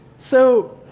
so,